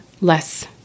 less